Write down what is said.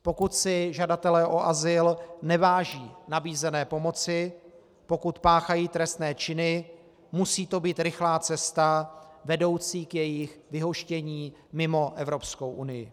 Pokud si žadatelé o azyl neváží nabízené pomoci, pokud páchají trestné činy, musí to být rychlá cesta vedoucí k jejich vyhoštění mimo Evropskou unii.